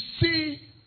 see